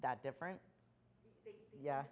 that different yeah